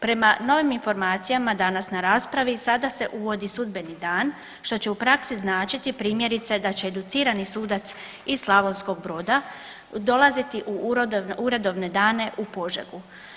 Prema novim informacijama danas na raspravi sada se uvodi sudbeni dan što će u praksi znači primjerice da će educirani sudac iz Slavonskog Broda dolaziti u uredovne dane u Požegu.